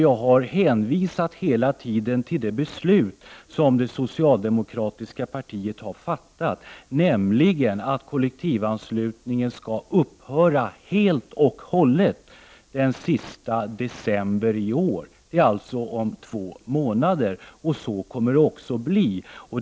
Jag har hela tiden hänvisat till det beslut som det socialdemokratiska partiet har fattat, nämligen att kollektivanslutningen skall upphöra helt och hållet den 31 december i år. Det sker alltså om två månader.